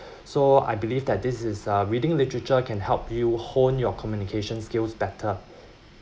so I believe that this is uh reading literature can help you hone your communication skills better